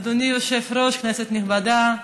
אדוני היושב-ראש, כנסת נכבדה,